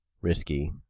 risky